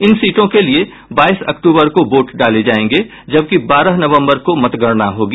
इन सीटों के लिए बाईस अक्टूबर को वोट डाले जायेंगे जबकि बारह नवम्बर को मतगणना होगी